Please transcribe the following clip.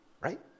right